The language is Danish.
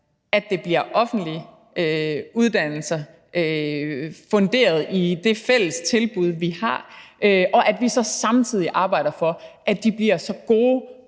at det bliver offentlige uddannelser funderet i det fælles tilbud, vi har, og at vi så samtidig arbejder for, at de bliver så gode,